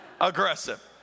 aggressive